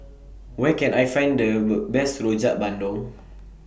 Where Can I Find The Best Rojak Bandung